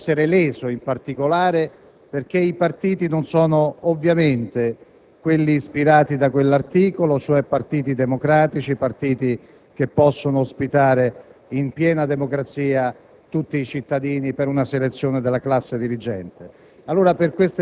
della Costituzione, che oggi noi vediamo leso, in particolare perché i partiti non sono ovviamente quelli ispirati da quell'articolo, cioè partiti democratici o che possono ospitare, in piena democrazia,